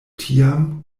tiam